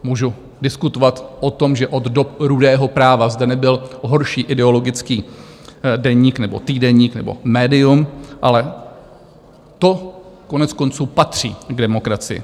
Můžu diskutovat o tom, že od dob Rudého práva zde nebyl horší ideologický deník nebo týdeník nebo médium, ale to koneckonců patří k demokracii.